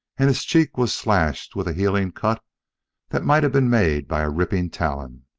and his cheek was slashed with a healing cut that might have been made by ripping talon.